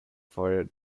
for